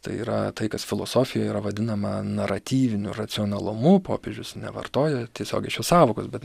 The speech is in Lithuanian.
tai yra tai kas filosofijoje yra vadinama naratyviniu racionalumu popiežius nevartoja tiesiogiai šios sąvokos bet